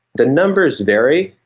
the numbers vary,